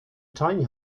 tiny